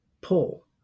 pull